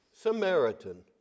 Samaritan